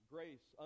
Grace